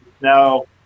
now